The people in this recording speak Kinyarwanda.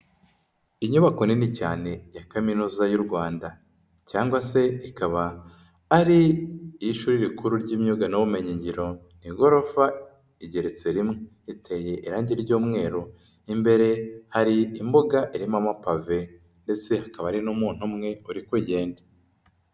Inyubako nini cyane ya kaminuza y'u Rwanda cyangwa se ikaba ari iy'ishuri rikuru ry'imyuga n'ubumenyi ngiro, ni igorofa igeretse rimwe, iteye irangi ry'umweru, imbere hari imbuga irimo amapave ndetse hakaba hari n'umuntu umwe uri kugenda.